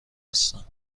هستم